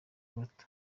bato